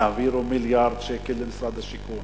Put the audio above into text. תעבירו מיליארד שקל למשרד השיכון.